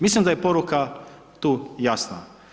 Mislim da je poruka tu jasna.